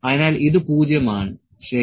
അതിനാൽ ഇത് 0 ആണ് ശരി